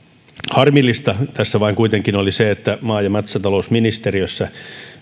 harmillista tässä vaan kuitenkin on se että maa ja metsätalousministeriössä